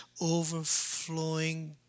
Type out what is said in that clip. overflowing